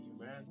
amen